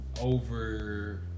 over